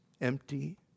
empty